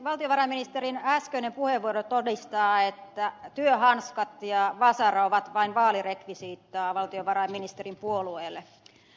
valtiovarainministerin äskeinen puheenvuoro todistaa että työhanskat ja vasara ovat vain vaalirekvisiittaa valtiovarainministerin puolueelle